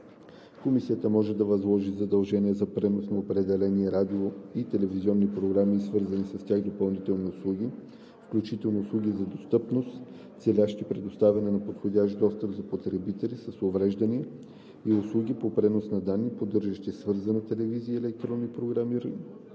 Комисията може да възложи задължения за пренос на определени радио- и телевизионни програми и свързани с тях допълнителни услуги, включително услуги за достъпност, целящи предоставяне на подходящ достъп за потребители с увреждания, и услуги по пренос на данни, поддържащи свързана телевизия и електронни програмни